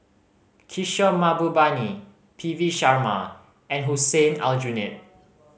Kishore Mahbubani P V Sharma and Hussein Aljunied